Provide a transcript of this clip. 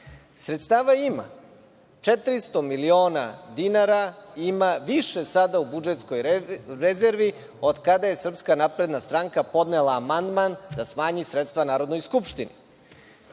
Sredstava ima, 400 miliona dinara ima više sada u budžetskoj rezervi od kada je SNS podnela amandman da smanji sredstva Narodnoj skupštini.